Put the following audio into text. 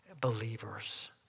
believers